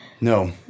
No